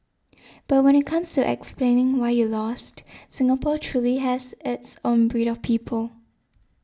but when it comes to explaining why you lost Singapore truly has its own breed of people